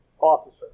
officer